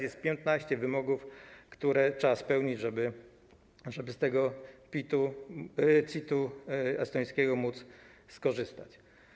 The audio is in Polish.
Jest 15 wymogów, które trzeba spełnić, żeby z tego CIT-u estońskiego móc skorzystać.